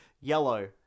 Yellow